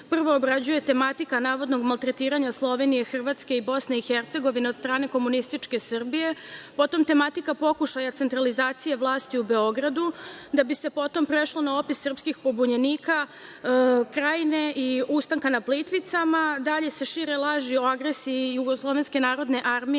prvo obrađuje tematika navodnog maltretiranja Slovenije, Hrvatske i Bosne i Hercegovine od strane komunističke Srbije, potom tematika pokušaja centralizacije vlasti u Beogradu, da bi se potom prešlo na opis srpskih pobunjenika Krajine i ustanka na Plitvicama, dalje se šire laži o agresiji JNA na navodno